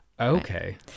Okay